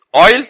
oil